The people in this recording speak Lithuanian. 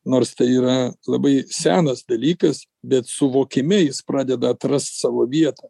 nors tai yra labai senas dalykas bet suvokime jis pradeda atrast savo vietą